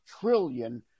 trillion